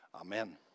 Amen